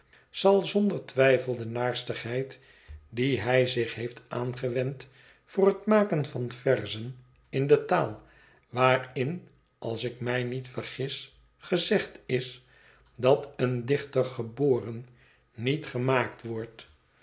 zal zonder twijfel de naarstigheid die hij zich heeft aangewend door het maken van verzen in die taal waarin als ik mij niet vergis gezegd is dat een dichter geboren niet gemaakt wordt